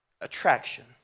attraction